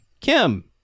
Kim